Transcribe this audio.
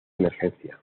emergencia